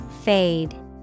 Fade